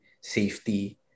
safety